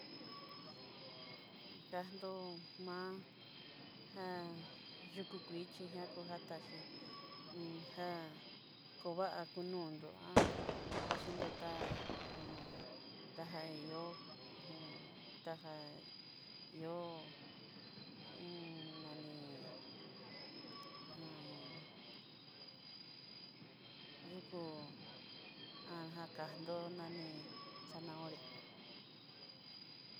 Kandó má já yukú kuii chí ja konga taxhí já konga akono'ndó xhi no tá ajan ta kaxhi ihó tanja iho naní yukú ajá kandó nani zanahoría.